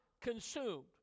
consumed